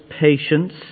patience